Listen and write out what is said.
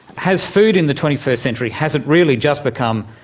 has food in the twenty first century, has it really just become,